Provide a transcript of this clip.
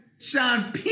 Sean